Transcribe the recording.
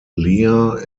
leah